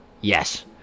yes